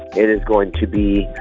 it is going to be